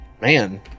Man